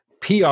PR